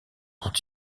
dont